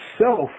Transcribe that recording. self